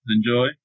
Enjoy